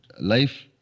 life